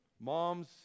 Moms